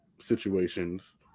situations